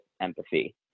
empathy